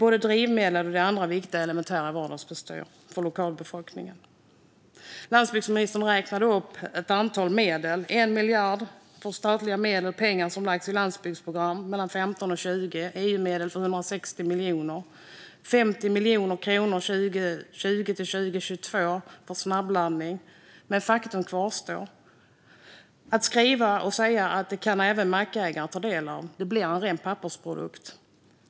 De har drivmedel och sådant som behövs för viktiga elementära vardagsbestyr för lokalbefolkningen. Landsbygdsministern räknade upp ett antal medel. Det är 1 miljard i statliga medel, pengar som lagts i landsbygdsprogram mellan 2015 och 2020. Det är 160 miljoner i EU-medel, och det är 50 miljoner kronor 2020-2022 för snabbladdning. Men faktum kvarstår. Man kan skriva och säga att även mackägare kan ta del av detta, men det blir en ren pappersprodukt.